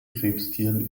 krebstieren